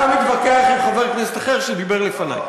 אתה מתווכח עם חבר כנסת אחר שדיבר לפני.